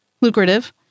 lucrative